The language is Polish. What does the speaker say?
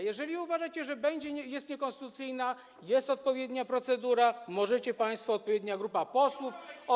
Jeżeli uważacie, że jest niekonstytucyjna, to jest odpowiednia procedura i możecie państwo, odpowiednia grupa posłów może.